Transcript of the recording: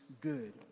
good